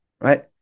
right